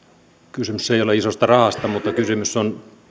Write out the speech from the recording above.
kysymys ei ole isosta rahasta mutta kysymys on